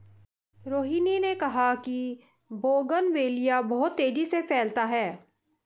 रोहिनी ने कहा कि बोगनवेलिया बहुत तेजी से फैलता है